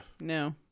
no